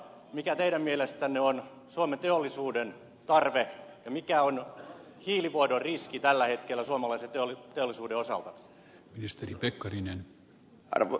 mikä teidän mielestänne on suomen teollisuuden tarve ja mikä on hiilivuodon riski tällä hetkellä suomalaisen teollisuuden osalta